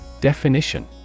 Definition